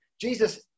Jesus